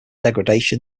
degradation